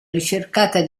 ricercata